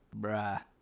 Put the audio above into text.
Bruh